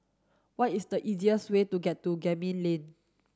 what is the easiest way to get to Gemmill Lane